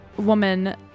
woman